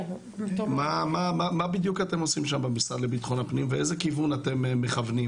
מה בדיוק אתם עושים שם במשרד לביטחון פנים ולאיזה כיוון אתם מכוונים.